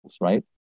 right